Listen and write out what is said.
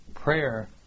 prayer